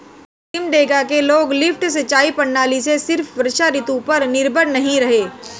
सिमडेगा के लोग लिफ्ट सिंचाई प्रणाली से सिर्फ वर्षा ऋतु पर निर्भर नहीं रहे